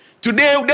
Today